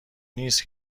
نیست